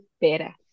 better